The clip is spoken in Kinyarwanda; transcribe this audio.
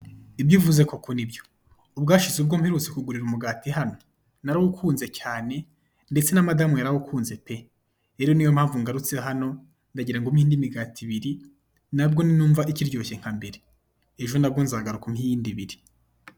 Ibyo uvuze koko ni byo! Ubwashize ubwo mperutse kugurira umugati hano, narawukunze cyane, ndetse na madamu yarawukunze pe! Rero ni yo mpamvu ngarutse hano, ndagira ngo umpe indi migati ibiri, nabwo ninimva ikiryoshye nka mbere, ejo nabwo nzagaruka umpe iyindi ibiri.